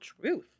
truth